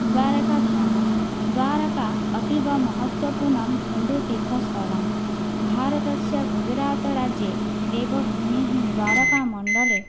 द्वारकाधाम द्वारका अतीव महत्त्वपूर्णं हिन्दूतीर्थस्थलं भारतस्य गुजरातराज्ये देवभूमिः द्वारकामण्डले